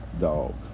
dog